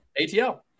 atl